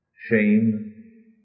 shame